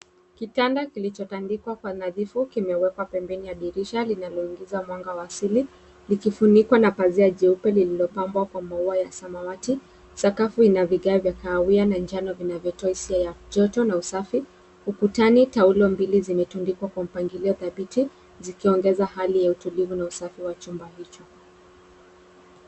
Kitanda kikichotandikwa kwa nadhifu kimewekwa pempeni ya dirisha linloingiza mwanga wa asili likifunikwa na pazia jeupe likilopambwa kwa maua ya samawati. Sakafu ina vikao vya kahawia na njano vinavyotoa hisia za ujoto na usafi ukutani taulo mbili zimetundikwa kwa mpangilio tabithi zikiongeza hali ya utulivu na usafi wa chumba hicho.